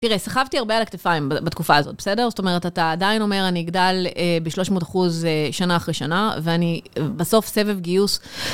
תראה, סחבתי הרבה על הכתפיים בתקופה הזאת, בסדר? זאת אומרת, אתה עדיין אומר, אני אגדל ב-300 אחוז שנה אחרי שנה, ואני בסוף סבב גיוס.